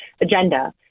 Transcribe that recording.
agenda